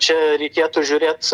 čia reikėtų žiūrėt